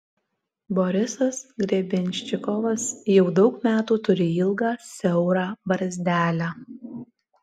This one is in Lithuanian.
borisas grebenščikovas jau daug metų turi ilgą siaurą barzdelę